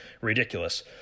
ridiculous